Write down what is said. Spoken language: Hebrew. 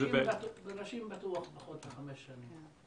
בנשים בטוח פחות מחמש שנים.